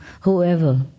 whoever